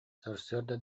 сарсыарда